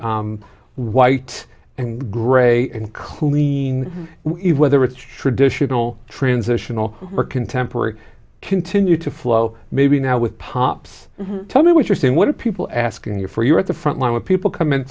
white and gray and clean whether it's traditional transitional or contemporary continue to flow maybe now with pops tell me what you're seeing what are people asking you for your at the front line when people come in